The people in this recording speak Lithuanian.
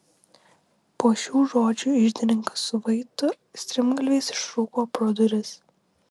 po šių žodžių iždininkas su vaitu strimgalviais išrūko pro duris